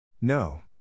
No